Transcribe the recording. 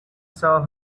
saw